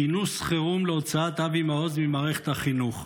כינוס חירום להוצאת אבי מעוז ממערכת החינוך.